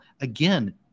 again